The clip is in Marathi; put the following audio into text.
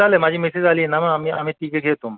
चालेल माझी मिसेस आली ना मग आम्ही आम्ही तिघे घेतो मग